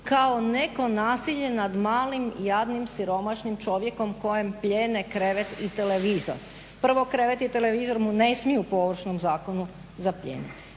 kao neko nasilje nad malim i jadnim siromašnim čovjekom kojem plijene krevet i televizor. Prvo krevet i televizor mu ne smiju po Ovršnom zakonu zaplijeniti.